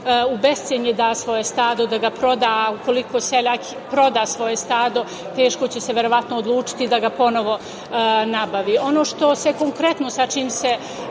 u bescenje da svoje stado, da ga proda. Ukoliko seljak proda svoje stado, teško će se verovatno odlučiti da ga ponovo nabavi. Ono što se konkretno, sa čim se